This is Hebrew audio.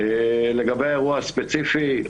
לגבי האירוע הספציפי,